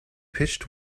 pitched